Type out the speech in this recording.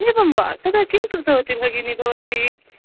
एवं वा तदा किं कृतवति भगिनि भवति